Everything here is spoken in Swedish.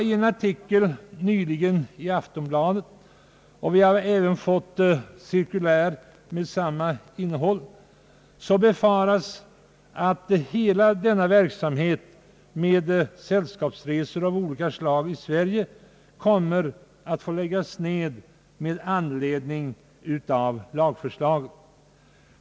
I en artikel nyligen i Aftonbladet — vi har även fått cirkulär av samma innehåll — befarades att hela denna verksamhet med sällskapsresor av olika slag i Sverige kommer att få läggas ned med anledning av lagförslaget.